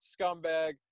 scumbag